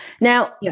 Now